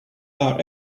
are